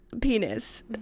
penis